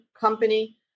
company